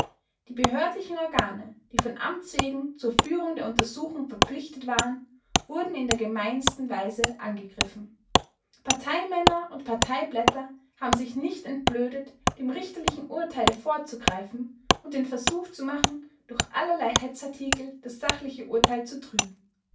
die behördlichen organe die von amts wegen zur führung der untersuchung verpflichtet waren wurden in der gemeinsten weise angegriffen parteimänner und parteiblätter haben sich nicht entblödet dem richterlichen urteile vorzugreifen und den versuch zu machen durch allerlei hetzartikel das sachliche urteil zu trüben